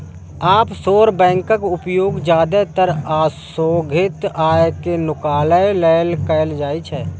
offshore बैंकक उपयोग जादेतर अघोषित आय कें नुकाबै लेल कैल जाइ छै